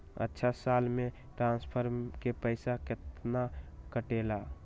अछा साल मे ट्रांसफर के पैसा केतना कटेला?